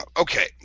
Okay